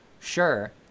sure